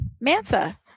Mansa